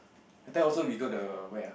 that time also we go the where